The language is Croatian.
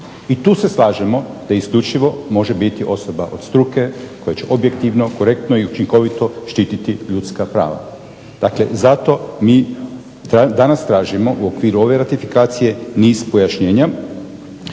i tu se slažemo da isključivo može biti osoba od struke koja će učinkovito, korektno štititi ljudska prava. Zato mi danas tražimo u okviru ove ratifikacije niz pojašnjenja.